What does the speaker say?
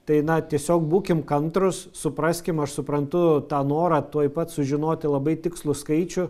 tai na tiesiog būkim kantrūs supraskim aš suprantu tą norą tuoj pat sužinoti labai tikslų skaičių